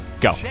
go